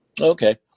Okay